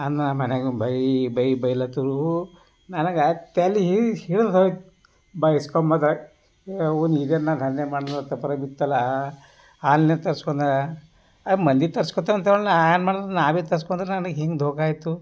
ನನ್ನ ಮನೆಗ ಬಯ್ಯಿ ಬಯ್ಯಿ ಬೈಲತ್ರು ನನಗೆ ತಲೆ ಸಿಡಿದು ಹೋಯ್ತು ಬೈಸ್ಕೊಂಬದು ಇವ್ನು ಹೀಗೆಲ್ಲ ದಂಧೆ ಮಾಡಿದ್ರು ಅಂತ ಬಿತ್ತಲ್ಲ ಆನ್ಲೈನ್ ತರ್ಸ್ಕೊಂಡ ಮಂದಿ ತರ್ಸ್ಕೊತಾರೆ ಅಂತ ಹೇಳಿ ನಾನು ಏನು ಮಾಡಿದೆ ಅಂದರೆ ನಾನು ಭೀ ತರ್ಸ್ಕೊಂಡ್ರೆ ನನಗೆ ಹಿಂಗೆ ದೋಖಾ ಆಯಿತು